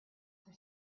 for